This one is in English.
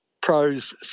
pros